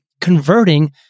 converting